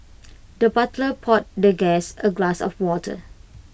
the butler poured the guest A glass of water